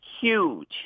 Huge